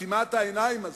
עצימת העיניים הזאת,